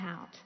out